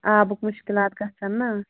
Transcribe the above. آبُک مُشکِلات گژھان نہَ